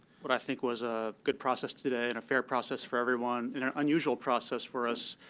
what i think was a good process today and a fair process for everyone and an unusual process for us.